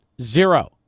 Zero